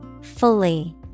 Fully